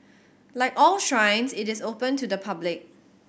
like all shrines it is open to the public